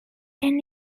ten